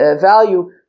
value